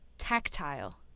Tactile